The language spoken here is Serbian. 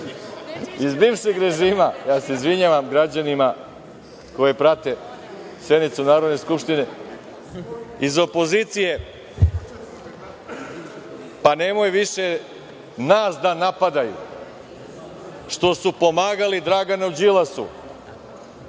iz bivšeg režima, ja se izvinjavam građanima koji prate sednicu Narodne skupštine, iz opozicije, pa nemoj više nas da napadaju što su pomagali Draganu Đilasu